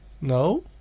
No